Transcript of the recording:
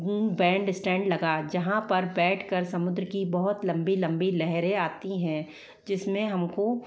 band stand लगा जहाँ पर बैठकर समुद्र की बहुत लंबी लंबी लहरें आती हैं जिसमें हमको